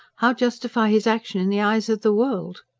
how justify his action in the eyes of the world?